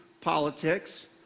politics